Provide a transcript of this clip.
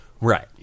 Right